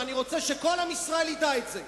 ואני רוצה שכל עם ישראל ידע את זה,